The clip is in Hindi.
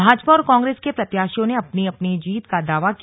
भाजपा और कांग्रेस के प्रत्याशियों ने अपनी अपनी जीत का दावा किया